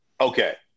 Okay